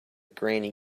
granny